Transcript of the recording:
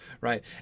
right